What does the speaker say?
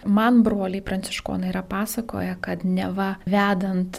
man broliai pranciškonai yra pasakoję kad neva vedant